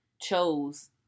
chose